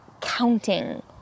counting